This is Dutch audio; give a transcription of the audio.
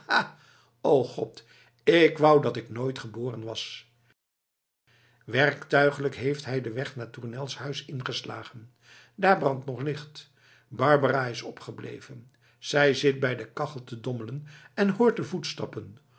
o god ik wou dat ik nooit geboren was werktuiglijk heeft hij den weg naar tournels huis ingeslagen daar brandt nog licht barbara is opgebleven zij zit bij de kachel te dommelen en hoort de voetstappen